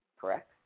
Correct